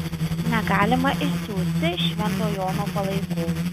negalima išsiųsti švento jono palaikų